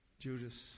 Judas